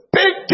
big